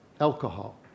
Alcohol